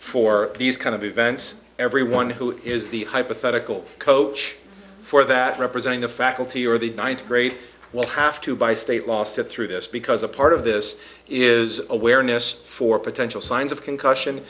for these kind of events everyone who is the hypothetical coach for that representing the faculty or the ninth grade what have to by state law step through this because a part of this is awareness for potential signs of concussion